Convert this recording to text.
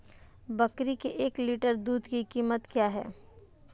बकरी के एक लीटर दूध की कीमत क्या है?